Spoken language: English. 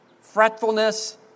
Fretfulness